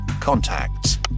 Contacts